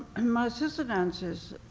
ah my sister nancy's